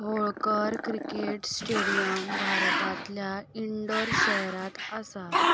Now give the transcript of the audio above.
Holkar cricket stadium भारतांतल्या इंडौर शहरांत आसा